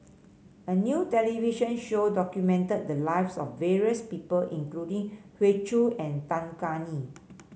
a new television show documented the lives of various people including Hoey Choo and Tan Kah Kee